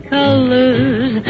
colors